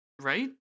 right